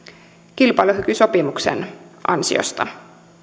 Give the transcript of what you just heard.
kilpailukykysopimuksen ansiosta